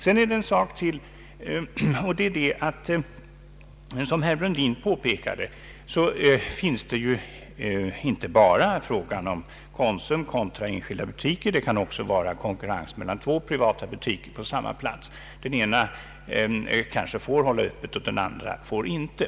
Sedan är det ytterligare en sak jag vill nämna. Som herr Brundin påpekade gäller frågan inte bara Konsum kontra enskilda butiker; det kan också vara konkurrens mellan två privata butiker, där den ena får hålla öppet och den andra inte.